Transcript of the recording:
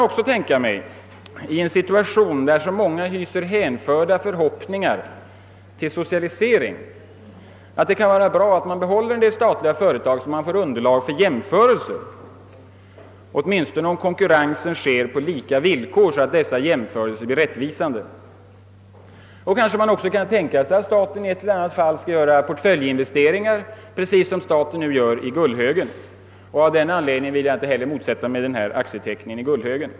I en situation där så många knyter hänförda förhoppningar till en socialisering kan jag också tänka mig att det är bra att man behåller en del statliga företag så att man därmed får underlag för jämförelser åtminstone om konkurrensen sker på lika villkor, så att dessa jämförelser blir rättvisande. Kanske man också kan tänka sig att staten i ett eller annat fall skall göra portföljinvesteringar precis som staten nu gör i Gullhögen. Av denna anledning vill jag heller inte motsätta mig aktieteckningen i Gullhögen.